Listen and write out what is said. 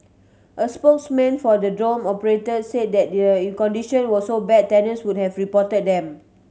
a spokesman for the dorm operator said that their condition were so bad tenants would have reported them